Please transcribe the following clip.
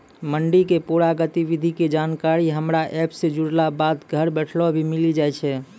मंडी के पूरा गतिविधि के जानकारी हमरा एप सॅ जुड़ला बाद घर बैठले भी मिलि जाय छै